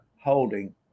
holding